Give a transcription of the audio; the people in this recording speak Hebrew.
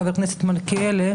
חבר הכנסת מלכיאלי,